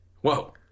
Whoa